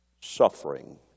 suffering